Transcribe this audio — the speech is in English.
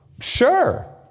Sure